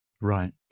Right